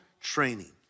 training